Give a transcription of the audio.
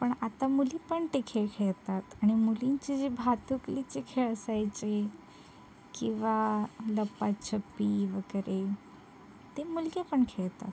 पण आता मुली पण ते खेळ खेळतात आणि मुलींचे जे भातुकलीचे खेळ असायचे किंवा लपाछपी वगेरे ते मुलगे पण खेळतात